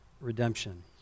redemption